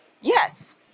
yes